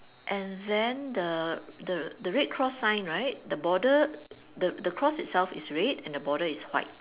and then the the the red cross sign right the border the the cross itself is red and the border is white